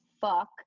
fuck